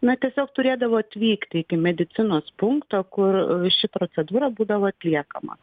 na tiesiog turėdavo atvykti iki medicinos punkto kur ši procedūra būdavo atliekama